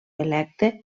electe